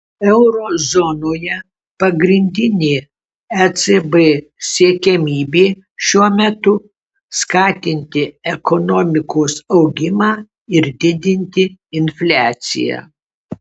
euro zonoje pagrindinė ecb siekiamybė šiuo metu skatinti ekonomikos augimą ir didinti infliaciją